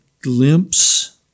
glimpse